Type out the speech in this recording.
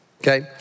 Okay